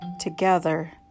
together